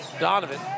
Donovan